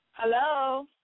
Hello